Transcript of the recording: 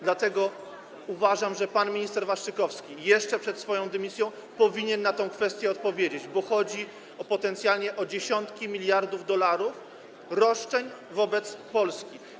Dlatego uważam, że pan minister Waszczykowski jeszcze przed swoją dymisją powinien na tę kwestię odpowiedzieć, bo chodzi potencjalnie o dziesiątki miliardów dolarów roszczeń wobec Polski.